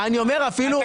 לא, אני אומר אפילו.